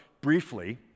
briefly